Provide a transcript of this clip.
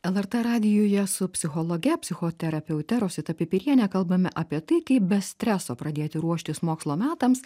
lrt radijuje su psichologe psichoterapeute rosita pipiriene kalbame apie tai kaip be streso pradėti ruoštis mokslo metams